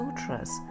sutras